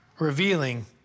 revealing